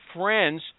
friends